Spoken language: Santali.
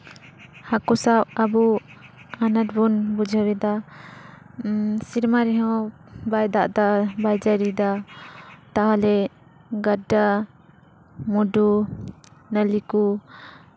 ᱦᱟᱹᱠᱩ ᱥᱟᱵ ᱟᱵᱚ ᱟᱱᱟᱴ ᱵᱚᱱ ᱵᱩᱡᱷᱟᱹᱣ ᱞᱮᱫᱟ ᱥᱮᱨᱢᱟ ᱨᱮᱦᱚᱸ ᱵᱟᱭ ᱫᱟᱜ ᱫᱟ ᱵᱟᱭ ᱡᱟᱹᱲᱤᱭᱫᱟ ᱛᱟᱦᱞᱮ ᱜᱟᱰᱟ ᱢᱩᱰᱩ ᱵᱟᱹᱞᱤ ᱠᱚ